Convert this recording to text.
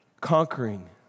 conquering